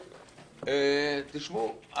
תשמעו,